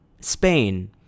Spain